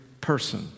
person